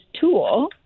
tool